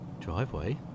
driveway